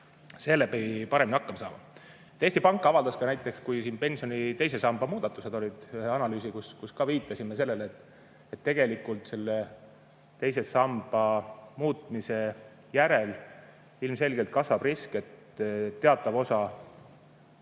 seeläbi paremini hakkama saada. Eesti Pank avaldas ka näiteks, kui siin pensioni teise samba muudatused olid, ühe analüüsi, kus ka viitasime sellele, et tegelikult selle teise samba muutmise järel ilmselgelt kasvab risk, et teatava osa